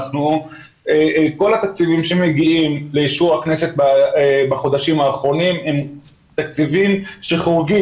כל התקציבים שמגיעים לאישור הכנסת בחודשים האחרונים הם תקציבים שחורגים